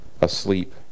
asleep